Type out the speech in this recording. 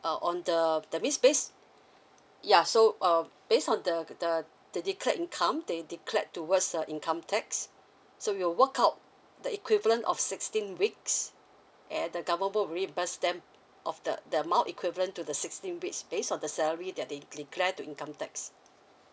err on the that mean based ya so uh based on the the the declared income they declared towards the income tax so will work out the equivalent of sixteen weeks and the government will reimburse them of the the amount equivalent to the sixteen weeks based on the salary that they declare to income tax